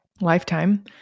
lifetime